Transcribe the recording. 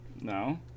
No